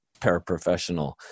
paraprofessional